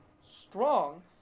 strong